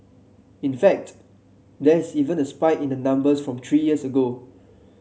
in fact there is even a spike in the numbers from three years ago